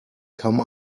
come